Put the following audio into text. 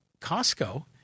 Costco